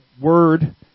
word